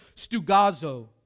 stugazo